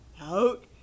out